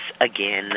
again